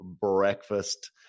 breakfast